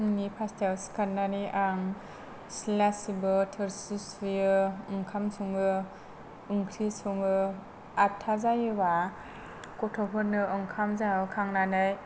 फुंनि फास्तायाव सिखारनानै आं सिथ्ला सिबो थोरसि सुयो ओंखाम सङो ओंख्रि सङो आठथा जायोब्ला गथ'फोरनो ओंखाम जाहोखांनानै